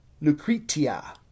Lucretia